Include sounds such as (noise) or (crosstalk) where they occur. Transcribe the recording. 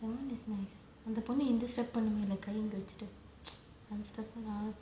that [one] is nice அந்த பொண்ணு இந்த:antha ponnu intha step பண்ணும்ல இந்த கை:pannumla intha kai eh இங்க வெச்சிட்டு:inga vechitu (noise) அந்த:antha step